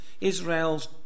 Israel's